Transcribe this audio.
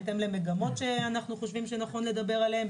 בהתאם למגמות שאנחנו חושבים שנכון לדבר עליהם,